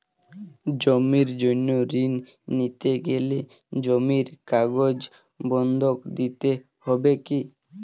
জমির জন্য ঋন নিতে গেলে জমির কাগজ বন্ধক দিতে হবে কি?